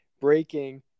breaking